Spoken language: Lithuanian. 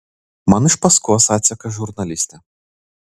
man iš paskos atseka žurnalistė